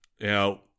Now